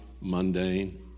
mundane